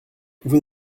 vous